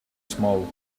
small